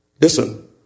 Listen